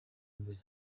mbere